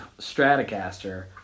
stratocaster